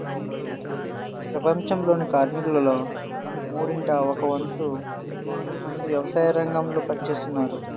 ప్రపంచంలోని కార్మికులలో మూడింట ఒక వంతు మంది వ్యవసాయరంగంలో పని చేస్తున్నారు